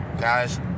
guys